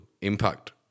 impact